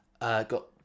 got